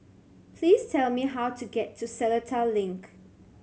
please tell me how to get to Seletar Link